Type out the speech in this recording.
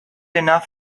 enough